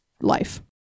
life